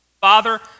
Father